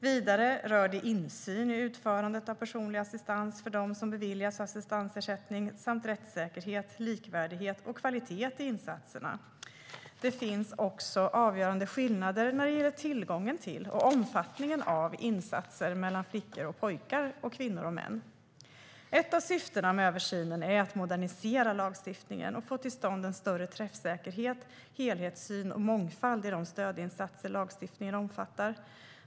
Vidare rör det insyn i utförandet av personlig assistans för dem som beviljas assistansersättning samt rättssäkerhet, likvärdighet och kvalitet i insatserna. Det finns också avgörande skillnader när det gäller tillgången till och omfattningen av insatser mellan flickor och pojkar, kvinnor och män. Ett av syftena med översynen är att modernisera lagstiftningen och få till stånd en större träffsäkerhet, helhetssyn och mångfald i de stödinsatser lagstiftningen omfattar.